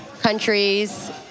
countries